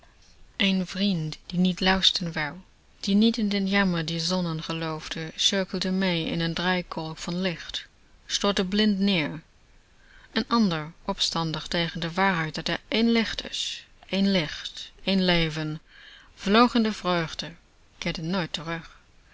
een vriend die niet luisteren wou die niet in den jammer dier zonnen geloofde cirkelde mee in n draaikolk van licht stortte blind neer een ander opstandig tegen de waarheid dat er één licht is één licht één leven vloog in de vreugde keerde nooit terug